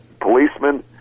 policemen